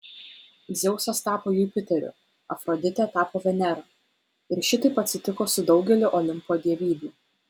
dzeusas tapo jupiteriu afroditė tapo venera ir šitaip atsitiko su daugeliu olimpo dievybių